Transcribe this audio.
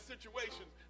situations